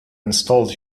installed